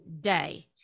day